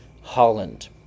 Holland